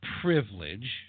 privilege